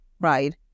right